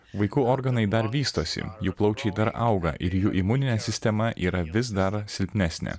vaikų organai dar vystosi jų plaučiai dar auga ir jų imuninė sistema yra vis dar silpnesnė